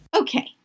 Okay